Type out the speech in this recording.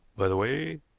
by the way,